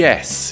Yes